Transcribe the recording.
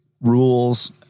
rules